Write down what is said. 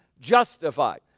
Justified